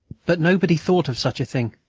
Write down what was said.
but nobody thought of such a thing.